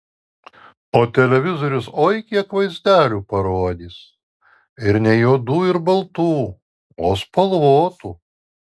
o televizorius oi kiek vaizdelių parodys ir ne juodų ir baltų o spalvotų